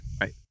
Right